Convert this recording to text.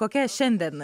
kokia šiandien